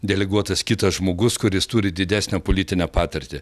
deleguotas kitas žmogus kuris turi didesnę politinę patirtį